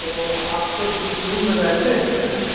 तो आप तो जिस रूम में रहते हैं